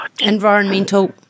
environmental